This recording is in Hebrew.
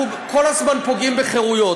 אנחנו כל הזמן פוגעים בחירויות.